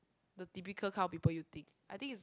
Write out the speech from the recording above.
the typical kind of people you think I think is